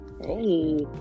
Hey